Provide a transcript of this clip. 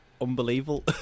unbelievable